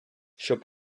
щоб